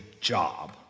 job